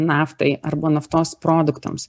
naftai arba naftos produktams